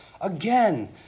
again